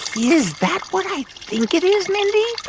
is that what i think it is, mindy?